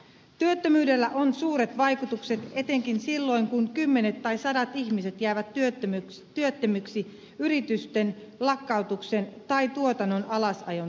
työttömyydellä on suuret vaikutukset etenkin silloin kun kymmenet tai sadat ihmiset jäävät työttömiksi yritysten lakkautusten tai tuotannon alasajon seurauksena